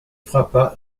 frappa